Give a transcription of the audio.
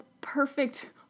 perfect